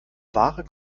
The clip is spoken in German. ware